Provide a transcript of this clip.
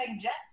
Jets